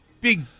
big